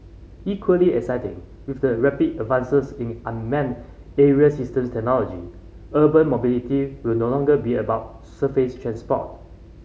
equally exciting with the rapid advances in unmanned aerial systems technology urban mobility will no longer be about surface transport